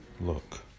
look